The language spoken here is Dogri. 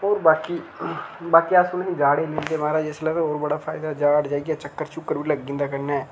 ते होर बाकी बाकी अस उनेंगी जाड़े लेई जंदे महाराज ते जिसलै ओह् बड़ा फायदा जाड़ जाइयै चक्कर चूक्कर बी लग्गी जंदा कन्नै